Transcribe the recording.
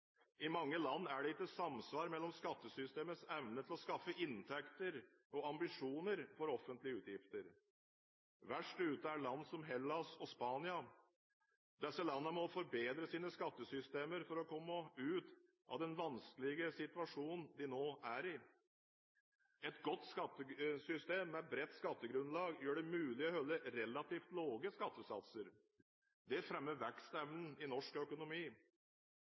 I mange land er det ikke samsvar mellom skattesystemets evne til å skaffe inntekter og ambisjonene for offentlige utgifter. Verst ute er land som Hellas og Spania. Disse landene må forbedre sine skattesystemer for å komme ut av den vanskelige situasjonen de nå er i. Et godt skattesystem med bredt skattegrunnlag gjør det mulig å holde relativt lave skattesatser. Det fremmer vekstevnen i norsk økonomi.